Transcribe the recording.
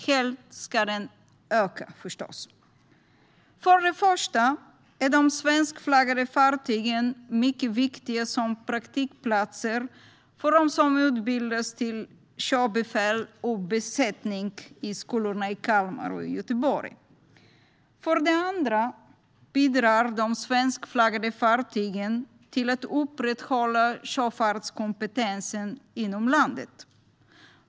Helst ska den öka förstås. För det första är de svenskflaggade fartygen mycket viktiga som praktikplatser för dem som utbildas till sjöbefäl och besättning i Kalmar och Göteborg. För det andra bidrar de svenskflaggade fartygen till att upprätthålla sjöfartskompetensen inom landet.